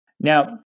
Now